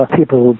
people